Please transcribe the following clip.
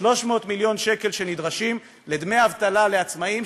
300 מיליון שקל שנדרשים לדמי אבטלה לעצמאים,